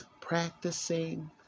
Practicing